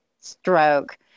stroke